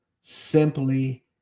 simply